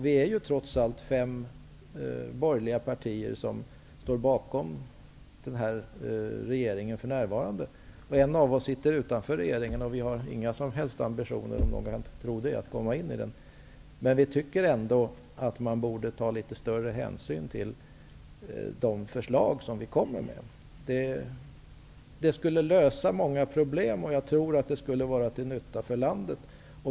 Vi är ju trots allt fem borgerliga partier som står bakom regeringen för närvarande. Vårt parti sitter utanför regeringen, och vi har, om någon kunde tro det, inga som helst ambitioner att komma in i den. Men vi tycker ändå att man borde ta litet större hänsyn till de förslag vi kommer med. Det skulle lösa många problem, och jag tror att det skulle vara till nytta för landet.